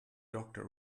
doctor